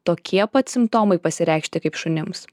tokie pat simptomai pasireikšti kaip šunims